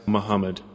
Muhammad